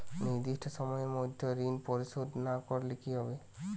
নির্দিষ্ট সময়ে মধ্যে ঋণ পরিশোধ না করলে কি হবে?